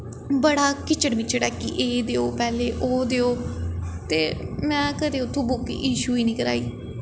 बड़ा किचड़ मिचड़ ऐ कि एह् देओ पैह्लें ओह् देओ ते में कदें उत्थूं बुक इशू ही निं कराई